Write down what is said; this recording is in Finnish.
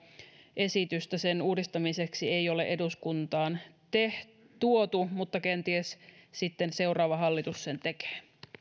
esitystä sen uudistamiseksi ei ole eduskuntaan tuotu kenties sitten seuraava hallitus sen tekee